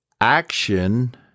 Action